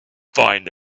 find